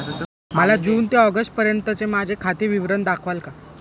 मला जून ते ऑगस्टपर्यंतचे माझे खाते विवरण दाखवाल का?